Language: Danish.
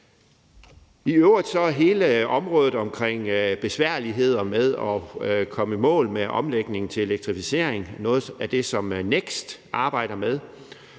I øvrigt er alt det med besværligheder med at komme i mål med omlægningen til elektrificeringen noget af det, som NEKST arbejder med.